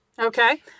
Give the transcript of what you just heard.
okay